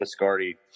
Biscardi